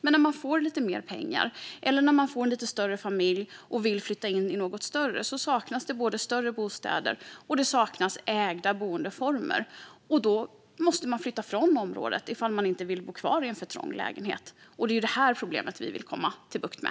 Men när man får lite mer pengar eller en lite större familj och vill flytta till något större saknas både större bostäder och ägda boendeformer. Om man inte vill bo kvar i en för trång lägenhet måste man då flytta från området. Det är det problemet som vi vill komma till rätta med.